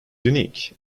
unique